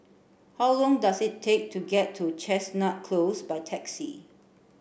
how long does it take to get to Chestnut Close by taxi